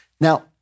Now